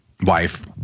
wife